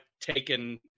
taken